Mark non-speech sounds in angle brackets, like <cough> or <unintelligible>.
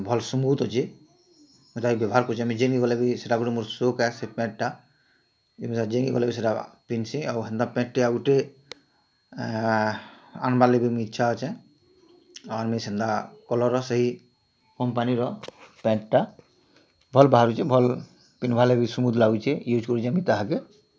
ଭଲ୍ ସ୍ମୁଥ୍ ଅଛେ ସେଟା ଏବା ବାହାର୍ କରିଛେଁ ମୁଁ ଯେନ୍କେ ଗଲେ ବି ମୋର ସଉକ୍ ଆଏ ସେ ପ୍ୟାଣ୍ଟ୍ଟା ଯେନ୍କେ ଗଲେ ବି ସେଟା ପିନ୍ଧ୍ସିଁ ଆଉ ହେନ୍ତା ପ୍ୟାଣ୍ଟ୍ଟେ ଆଉ ଗୁଟେ ଆନ୍ବାର୍ ଲାଗି ମୋର୍ ଇଚ୍ଛା ଅଛେ <unintelligible> ସେନ୍ତା କଲର୍ର ସେଇ କମ୍ପାନୀର ପ୍ୟାଣ୍ଟ୍ଟା ଭଲ୍ ବାହାରୁଛେ ଭଲ୍ ପିନ୍ଧ୍ବାର୍ ଲାଗି ସ୍ପୁଥ୍ ଲାଗୁଛେ ୟୁଜ୍ କରୁଛେଁ ମୁଇଁ ତାହାକେ